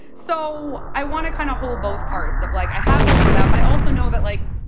so i want to kind of hold both parts of, like, i have hope for that. but i also know that, like,